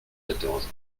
quatorze